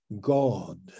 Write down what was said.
God